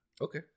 Okay